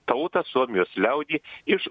tautą suomijos liaudį iš